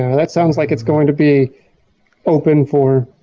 and that sounds like it's going to be open for.